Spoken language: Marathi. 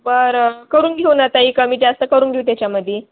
बरं करून घेऊ न ताई कमी जास्त करून घेऊ त्याच्यामध्ये